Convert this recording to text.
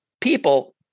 people